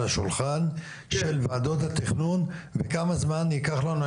השולחן של ועדות התכנון וכמה זמן ייקח לנו?